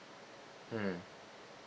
mm